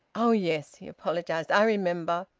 oh yes! he apologised. i remember.